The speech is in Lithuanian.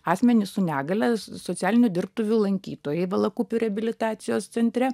asmenys su negalia so socialinių dirbtuvių lankytojai valakupių reabilitacijos centre